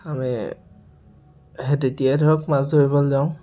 আমি সেই তেতিয়াই ধৰক মাছ ধৰিবলৈ যাওঁ